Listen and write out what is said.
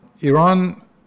Iran